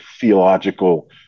theological